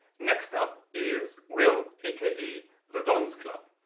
next up is will aka the don's club.